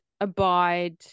abide